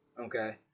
okay